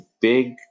big